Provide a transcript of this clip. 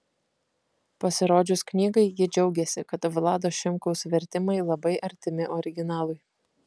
pasirodžius knygai ji džiaugėsi kad vlado šimkaus vertimai labai artimi originalui